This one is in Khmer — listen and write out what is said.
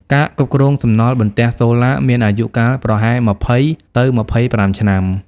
ការគ្រប់គ្រងសំណល់បន្ទះសូឡាមានអាយុកាលប្រហែល ២០ ទៅ២៥ ឆ្នាំ។